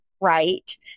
right